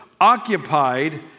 occupied